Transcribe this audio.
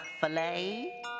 filet